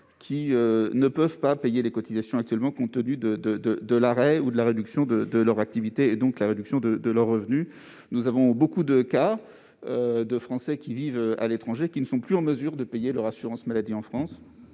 qui ne peuvent pas payer leurs cotisations actuellement, compte tenu de l'arrêt ou de la réduction de leur activité, donc de leurs revenus. De nombreux Français vivant à l'étranger ne sont plus en mesure de payer leur assurance maladie en France.